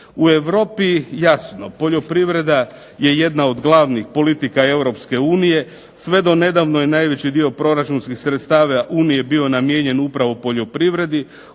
U Europi, jasno poljoprivreda je jedna od glavnih politika Europske unije. Sve do nedavno je najveći dio proračunskih sredstava Unije bio namijenjen upravo poljoprivredi,